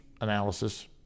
analysis